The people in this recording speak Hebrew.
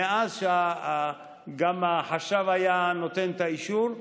מאז שגם החשב היה נותן את האישור,